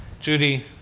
judy